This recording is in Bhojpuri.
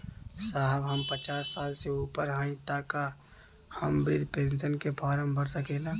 साहब हम पचास साल से ऊपर हई ताका हम बृध पेंसन का फोरम भर सकेला?